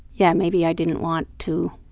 yeah, maybe i didn't want to